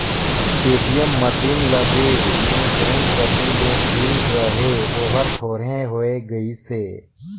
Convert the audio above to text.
ATM machine लगे में bank कति जे भीड़ रहें ओहर थोरहें होय गईसे